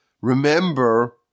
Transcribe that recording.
remember